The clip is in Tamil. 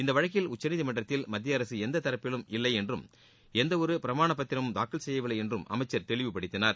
இந்த வழக்கில் உச்சநீதிமன்றத்தில் மத்திய அரசு எந்த தரப்பிலும் இல்லை என்றும் எந்த ஒரு பிரமாண பத்திரமும் தாக்கல் செய்யவில்லை என்று அமைச்சர் தெளிவுபடுத்தினார்